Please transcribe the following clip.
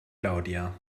claudia